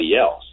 else